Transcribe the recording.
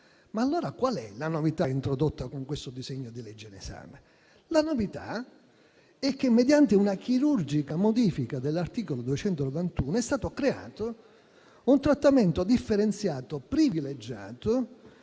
ma allora qual è la novità introdotta con il disegno di legge in esame? La novità è che, mediante una chirurgica modifica dell'articolo 291, è stato creato un trattamento differenziato privilegiato,